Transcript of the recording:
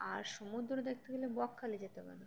আর সমুদ্র দেখতে গেলে বকখালি যেতে পারে